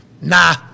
Nah